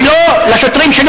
ולא לשוטרים,